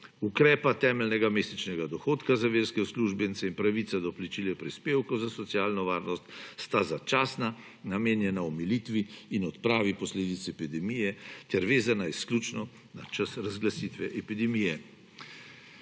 Ukrepa temeljnega mesečnega dohodka za verske uslužbence in pravice do plačil prispevkov za socialno varnost sta začasna, namenjena omilitvi in odpravi posledic epidemije ter vezana izključno na čas razglasitve epidemije.